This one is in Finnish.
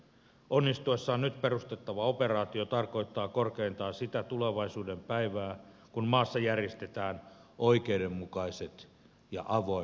onnistuessaan nyt perustettava operaatio tarkoittaa korkeintaan sitä tulevaisuuden päivää kun maassa järjestetään oikeudenmukaiset ja avoimet vaalit